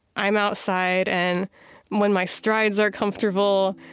i'm outside, and when my strides are comfortable,